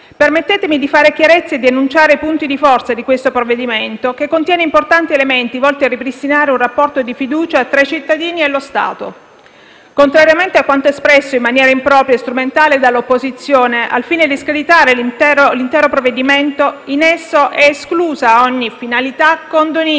Permettetemi di fare chiarezza e di enunciare i punti di forza di questo provvedimento, che contiene importanti elementi, volti a ripristinare un rapporto di fiducia tra i cittadini e lo Stato. Contrariamente a quanto espresso in maniera impropria e strumentale dall'opposizione, al fine di screditare l'intero provvedimento, in esso è esclusa ogni finalità condonistica.